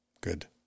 Good